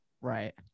Right